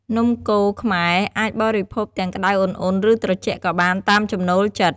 នំកូរខ្មែរអាចបរិភោគទាំងក្ដៅឧណ្ហៗ ឬត្រជាក់ក៏បាន តាមចំណូលចិត្ត។